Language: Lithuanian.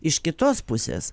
iš kitos pusės